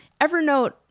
Evernote